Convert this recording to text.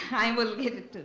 i will get it to.